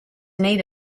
need